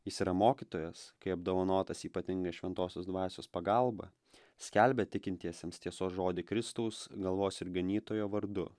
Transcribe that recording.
jis yra mokytojas kai apdovanotas ypatinga šventosios dvasios pagalba skelbia tikintiesiems tiesos žodį kristaus galvos ir ganytojo vardu